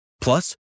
Plus